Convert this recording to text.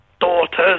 daughter's